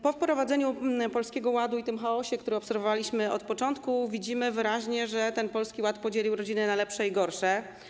Po wprowadzeniu Polskiego Ładu i tym chaosie, który obserwowaliśmy od początku, widzimy wyraźnie, że podzielił on rodziny na lepsze i gorsze.